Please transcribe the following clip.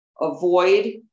avoid